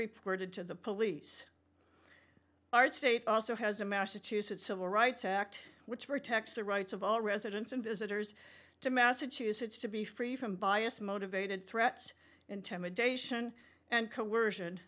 reported to the police our state also has a massachusetts civil rights act which protects the rights of all residents and visitors to massachusetts to be free from bias motivated threats intimidation and coercion